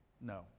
no